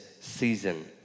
season